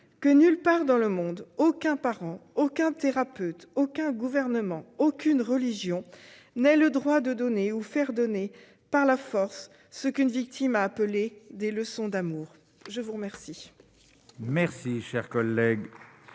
que nulle part dans le monde, aucun parent, aucun thérapeute, aucun gouvernement, aucune religion n'ait le droit de donner ou de faire donner par la force ce qu'une victime a appelé des « leçons d'amour »! La parole